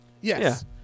Yes